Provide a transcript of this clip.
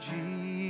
Jesus